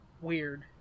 weird